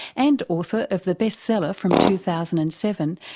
and author of the bestseller from two thousand and seven,